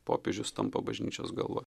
popiežius tampa bažnyčios galva